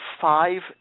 five